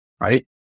right